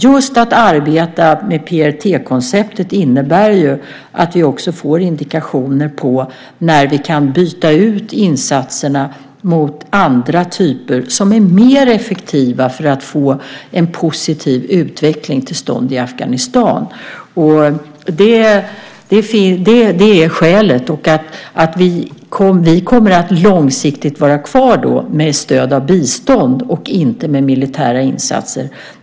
Just att arbeta med PRT-konceptet innebär ju att vi också får indikationer på när vi kan byta ut insatserna mot andra typer som är mer effektiva för att få en positiv utveckling till stånd i Afghanistan. Det är skälet. Och vi kommer långsiktigt att vara kvar med stöd av bistånd och inte med militära insatser.